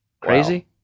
Crazy